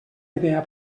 idea